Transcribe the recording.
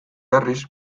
berriz